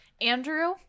Andrew